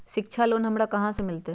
शिक्षा लोन हमरा कहाँ से मिलतै?